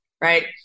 Right